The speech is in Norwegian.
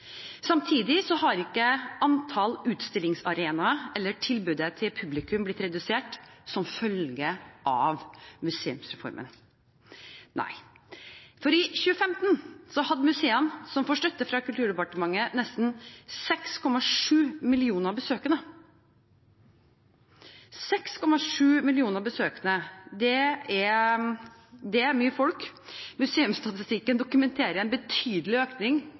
Samtidig har ikke antall utstillingsarenaer eller tilbudet til publikum blitt redusert som følge av museumsreformen. I 2015 hadde museene som får støtte fra Kulturdepartementet, nesten 6,7 millioner besøkende – det er mange folk. Museumsstatistikken dokumenterer en betydelig økning